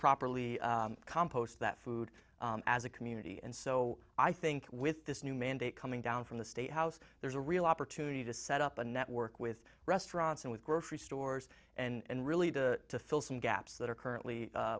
properly compost that food as a community and so i think with this new mandate coming down from the state house there's a real opportunity to set up a network with restaurants and grocery stores and really to fill some gaps that are currently